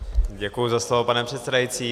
Děkuji za slovo, pane předsedající.